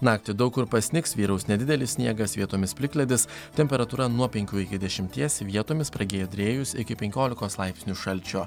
naktį daug kur pasnigs vyraus nedidelis sniegas vietomis plikledis temperatūra nuo penkių iki dešimties vietomis pragiedrėjus iki penkiolikos laipsnių šalčio